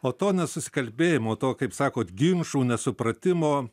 o to nesusikalbėjimo to kaip sakot ginčų nesupratimo